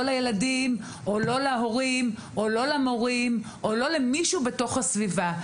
לא לילדים או לא להורים או לא למורים או לא למישהו בתוך הסביבה.